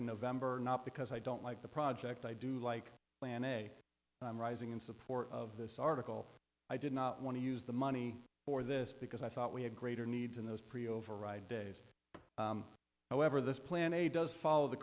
in november not because i don't like the project i do like plan a rising in support of this article i did not want to use the money for this because i thought we had greater needs in those pre override days however this plan a does follow the